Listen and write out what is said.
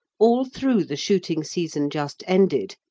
all through the shooting season just ended,